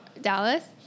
Dallas